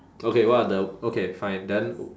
okay what are the okay fine then